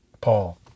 Paul